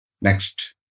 Next